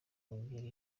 kongera